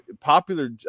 popular